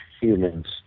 humans